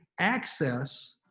access